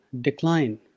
decline